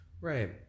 Right